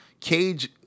Cage